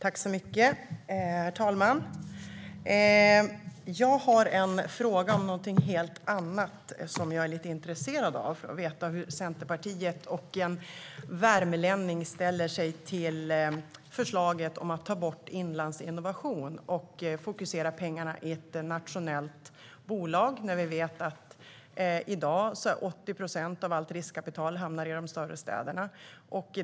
Herr talman! Jag har en fråga om någonting helt annat. Jag är som centerpartist lite intresserad av att få veta hur en värmlänning ställer sig till förslaget om att ta bort Inlandsinnovation och fokusera pengarna i ett nationellt bolag, när vi vet att 80 procent av allt riskkapital i dag hamnar i de större städerna.